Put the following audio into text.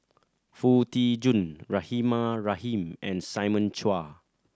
Foo Tee Jun Rahimah Rahim and Simon Chua